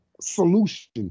solution